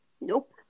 Nope